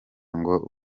ngo